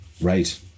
Right